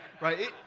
Right